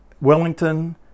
Wellington